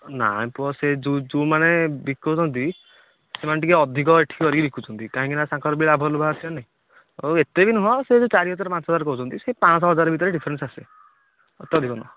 ନାଇ ପୁଅ ସେ ଯେଉଁ ଯେଉଁ ମାନେ ବିକୁଛନ୍ତି ସେମାନେ ଟିକେ ଅଧିକ ଏହିଠି କରିକି ବିକୁଛନ୍ତି କାହିଁକି ନା ତାଙ୍କର ବି ଲାଭ ବି ବାହାରୁଛି ନା ଓ ଏତେବି ନୁହଁ ସେ ଚାରି ହଜାର ପାଞ୍ଚ ହଜାର କହୁଛନ୍ତି ସେ ପାଞ୍ଚଶହ ହଜାରେ ଭିତରେ ଡିଫ୍ରେନ୍ସ ଆସିବ